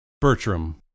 Bertram